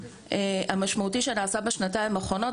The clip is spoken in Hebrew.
המשמעותי שנעשה בשנתיים האחרונות.